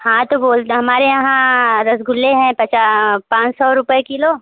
हाँ तो बोल हमारे यहाँ रसगुल्ले हैं पचा पाँच सौ रुपये किलो